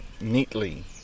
neatly